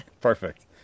Perfect